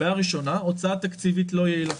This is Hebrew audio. בעיה ראשונה, הוצאה תקציבית לא יעילה.